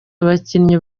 abakinnyi